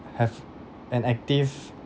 have an active